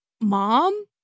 Mom